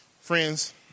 Friends